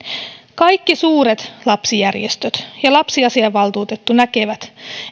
kaikki suuret lapsijärjestöt ja lapsiasiavaltuutettu näkevät